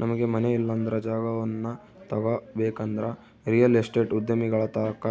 ನಮಗೆ ಮನೆ ಇಲ್ಲಂದ್ರ ಜಾಗವನ್ನ ತಗಬೇಕಂದ್ರ ರಿಯಲ್ ಎಸ್ಟೇಟ್ ಉದ್ಯಮಿಗಳ ತಕ